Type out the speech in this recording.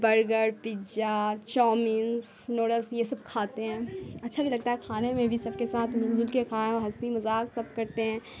burger pizza chowmeins noodles یہ سب کھاتے ہیں اچھا بھی لگتا ہے کھانے میں بھی سب کے ساتھ مل جل کے کھائے اور ہنسیی مذاق سب کرتے ہیں